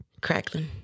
crackling